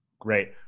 Great